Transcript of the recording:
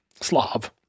Slav